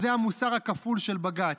אז זה המוסר הכפול של בג"ץ.